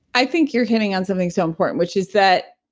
i think you're hitting on something so important, which is that